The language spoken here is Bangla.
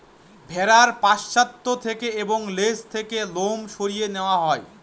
ভেড়ার পশ্চাৎ থেকে এবং লেজ থেকে লোম সরিয়ে নেওয়া হয়